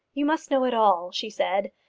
you must know it all, she said,